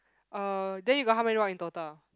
uh then you got how many rock in total